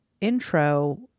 intro